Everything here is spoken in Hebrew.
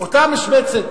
אותה משבצת